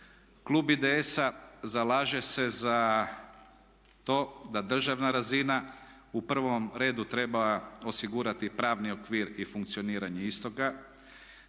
Klub IDS-a zalaže se za to da državna razina u prvom redu treba osigurati pravni okvir i funkcioniranje istoga,